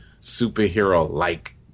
superhero-like